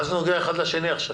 מה זה עוזר אחד לשני עכשיו?